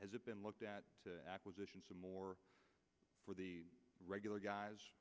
has it been looked at acquisitions some more for the regular guys